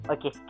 Okay